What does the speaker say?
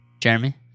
Jeremy